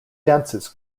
dances